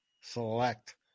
select